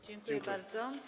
Dziękuję bardzo.